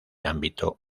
ámbito